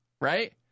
right